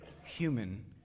human